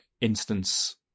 instance